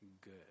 good